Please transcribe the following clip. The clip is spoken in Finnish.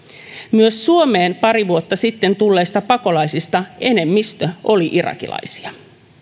myös suomeen pari vuotta sitten tulleista pakolaisista enemmistö oli irakilaisia